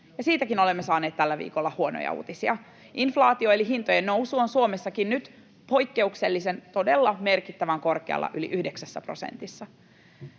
siitäkin olemme saaneet tällä viikolla huonoja uutisia. Inflaatio eli hintojen nousu on Suomessakin nyt poikkeuksellisen, todella merkittävän korkealla, yli yhdeksässä prosentissa.